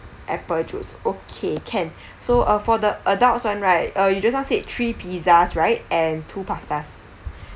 apple juice okay can so uh for the adults one right uh you just now said three pizzas right and two pastas